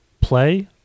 Play